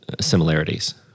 similarities